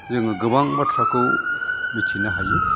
जोङो गोबां बाथ्राखौ मिथिनो हायो